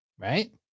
Right